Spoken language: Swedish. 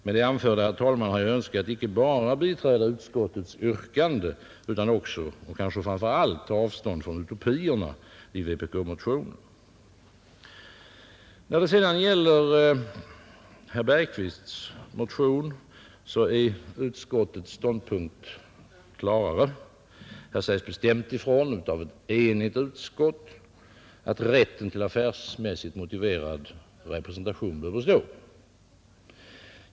Med det anförda, herr talman, har jag önskat inte bara biträda utskottets yrkande utan också och kanske framför allt ta avstånd från utopierna i vpk-motionen. När det sedan gäller herr Bergqvists motion är utskottets ståndpunkt klarare. Här sägs bestämt ifrån av ett enigt utskott att rätten till affärsmässigt motiverad representation bör bestå.